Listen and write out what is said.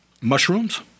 mushrooms